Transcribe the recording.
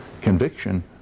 conviction